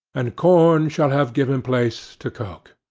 and corn shall have given place to coke.